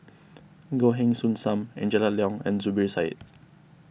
Goh Heng Soon Sam Angela Liong and Zubir Said